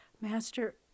Master